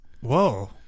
Whoa